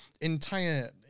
entire